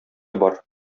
бар